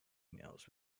emails